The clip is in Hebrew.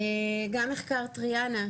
מחקר טריאנה,